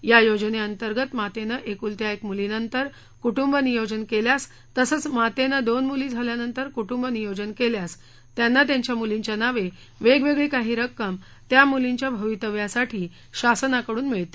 या योजनेअंतर्गत मातेनं एकुलत्या एक मुली नंतर कुटुंब नियोजन केल्यास तसंच मातेनं दोन मुली झाल्यानंतर कुटुंब नियोजन केल्यास त्यांना त्यांच्या मुलींच्या नावे वेगवेगळी काही रक्कम त्या मुलीच्या भवितव्यासाठी शासनाकडून मिळते